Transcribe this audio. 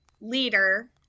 leader